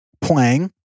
playing